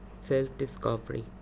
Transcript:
self-discovery